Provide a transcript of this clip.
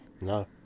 No